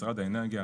משרד האנרגיה,